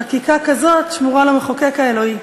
חקיקה כזאת שמורה למחוקק האלוהי.